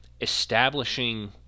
establishing